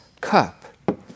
cup